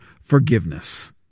forgiveness